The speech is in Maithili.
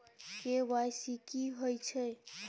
के.वाई.सी की हय छै?